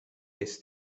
this